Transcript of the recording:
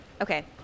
Okay